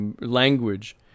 language